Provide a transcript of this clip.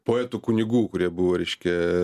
poetų kunigų kurie buvo reiškia